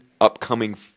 upcoming